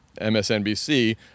MSNBC